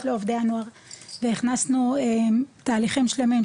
לעובדי הנוער והכנסנו תהליכים שלמים,